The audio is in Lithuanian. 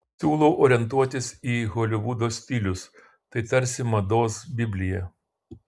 siūlau orientuotis į holivudo stilius tai tarsi mados biblija